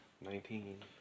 nineteen